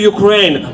Ukraine